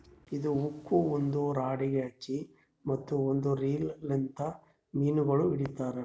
ಇದು ಹುಕ್ ಒಂದ್ ರಾಡಗ್ ಹಚ್ಚಿ ಮತ್ತ ಒಂದ್ ರೀಲ್ ಲಿಂತ್ ಮೀನಗೊಳ್ ಹಿಡಿತಾರ್